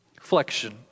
flexion